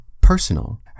personal